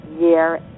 year